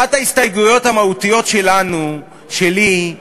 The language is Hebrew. אחת ההסתייגויות המהותיות שלנו, שלי,